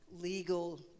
legal